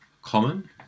Common